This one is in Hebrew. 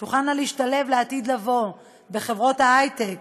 הן תוכלנה להשתלב לעתיד לבוא בחברות ההיי-טק